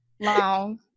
long